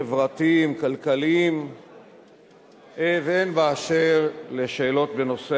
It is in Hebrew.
חברתיים וכלכליים והן באשר לשאלות בנושא